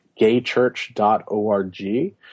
gaychurch.org